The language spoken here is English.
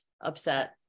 upset